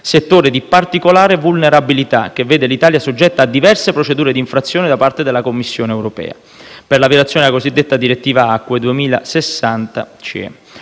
questo - di particolare vulnerabilità, che vede l'Italia soggetta a diverse procedure di infrazione da parte della Commissione europea per la violazione della direttiva 2000/60/CE